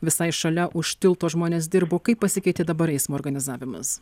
visai šalia už tilto žmonės dirbo kaip pasikeitė dabar eismo organizavimas